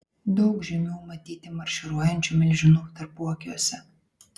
daug žymių matyti marširuojančių milžinų tarpuakiuose